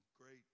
Great